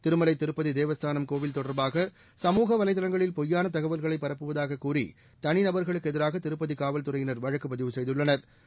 திருமலை திருப்பதி தேவஸ்தானம் கோவில் தொடர்பாக சமூக வலைத்தளங்களில் பொய்யான தகவல்களை பரப்புவதாக கூறி தனிநபர்களுக்கு எதிராக திருப்பதி காவல்துறையினர் வழக்குப்பதிவு செய்துள்ளனா்